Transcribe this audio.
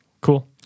Cool